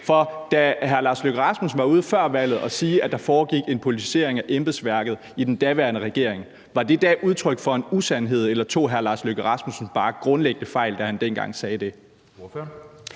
hr. Lars Løkke Rasmussen var ude før valget og sige, at der foregik en politisering af embedsværket i den daværende regering, var det da udtryk for en usandhed, eller tog hr. Lars Løkke Rasmussen bare grundlæggende fejl, da han sagde det